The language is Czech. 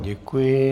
Děkuji.